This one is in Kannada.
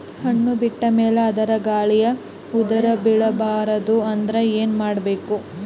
ಹಣ್ಣು ಬಿಟ್ಟ ಮೇಲೆ ಅದ ಗಾಳಿಗ ಉದರಿಬೀಳಬಾರದು ಅಂದ್ರ ಏನ ಮಾಡಬೇಕು?